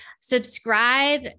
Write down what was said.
subscribe